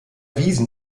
wiesen